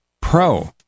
Pro